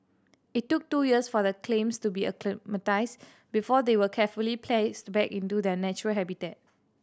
it took two years for the clams to be acclimatised before they were carefully placed back into their natural habitat